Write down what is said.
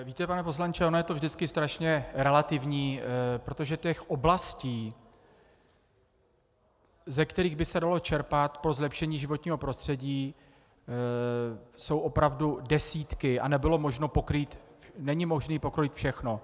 Víte, pane poslanče, ono je to vždycky strašně relativní, protože těch oblastí, ze kterých by se dalo čerpat pro zlepšení životního prostředí, jsou opravdu desítky a není možné pokrýt všechno.